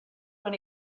when